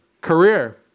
Career